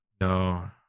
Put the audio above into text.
No